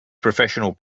professional